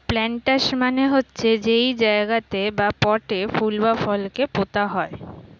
planters মানে হচ্ছে যেই জায়গাতে বা পটে ফুল বা ফল কে পোতা হয়